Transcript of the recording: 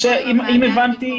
אם הבנתי,